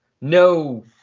No